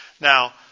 Now